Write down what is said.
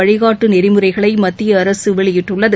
வழிகாட்டு நெறிமுறைகளை மத்திய அரசு வெளியிட்டுள்ளது